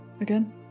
again